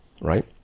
right